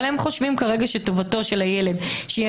אבל הם חושבים כרגע שטובתו של הילד שיהיה